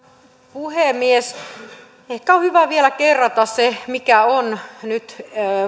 puhemies ehkä on hyvä vielä kerrata se mikä on nyt